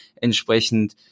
entsprechend